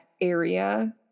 area